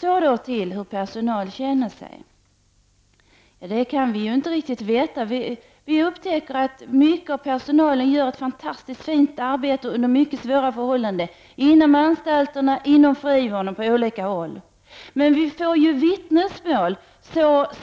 Till frågan om hur personalen känner sig. Det kan vi inte riktigt veta. Vi upptäcker att en stor del av personalen gör ett fantastiskt fint arbete under mycket svåra förhållanden, på olika håll inom anstalterna och inom frivården. Men vi får vittnesmål,